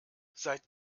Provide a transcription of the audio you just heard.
seit